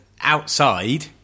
outside